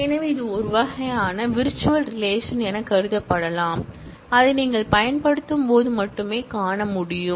எனவே இது ஒரு வகையான விர்ச்சுவல் ரிலேஷன் என கருதப்படலாம் அதை நீங்கள் பயன்படுத்தும் போது மட்டுமே காண முடியும்